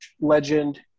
legend